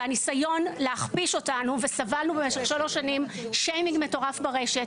והניסיון להכפיש אותנו וסבלנו במשך שלוש שנים שיימינג מטורף ברשת,